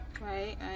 right